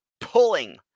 pulling